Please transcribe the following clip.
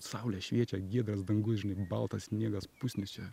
saulė šviečia giedras dangus žinai baltas sniegas pusnys čia